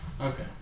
Okay